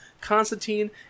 constantine